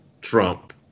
Trump